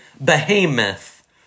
behemoth